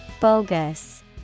Bogus